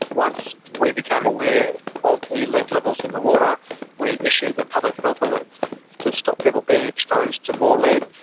once we became aware of the lead levels in the water we issued a public health alert to stop people being exposed to more lead.